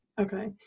Okay